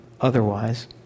otherwise